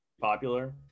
popular